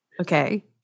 Okay